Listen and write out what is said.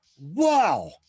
Wow